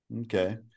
okay